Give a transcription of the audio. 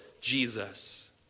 Jesus